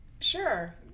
Sure